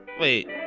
Wait